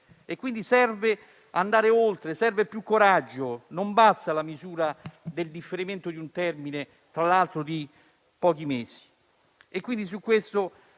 quindi, serve andare oltre, serve più coraggio. Non basta la misura del differimento di un termine, tra l'altro di pochi mesi.